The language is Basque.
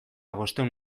bostehun